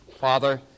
Father